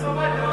הולכים הביתה.